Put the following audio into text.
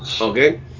Okay